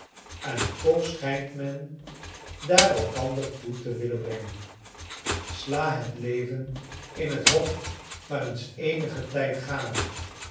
en toch schijnt men daar elkander toe te willen brengen sla het leven in het hof maar eens eenigen tijd gade